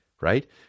Right